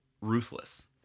ruthless